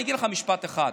אני אגיד לך משפט אחד.